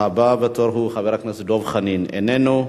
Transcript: הבא בתור הוא חבר הכנסת דב חנין, איננו.